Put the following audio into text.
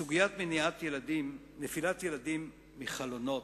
בסוגיית נפילת ילדים מחלונות,